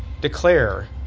declare